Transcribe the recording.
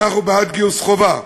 אנחנו בעד שירות חובה,